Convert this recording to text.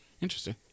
Interesting